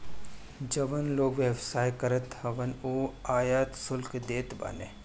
जवन लोग व्यवसाय करत हवन उ आयात शुल्क देत बाने